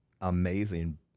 amazing